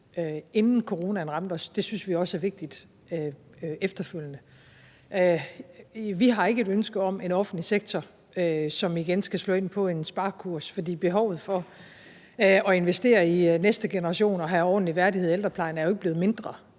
inden coronaen ramte os, synes vi også er vigtigt efterfølgende. Vi har ikke et ønske om en offentlig sektor, som igen skal slå ind på en sparekurs, for behovet for at investere i de næste generationer og have en ordentlig og værdig ældrepleje er jo ikke blevet mindre.